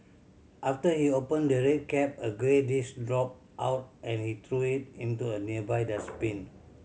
after he opened the red cap a grey disc dropped out and he threw it into a nearby dustbin